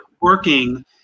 working